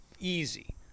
easy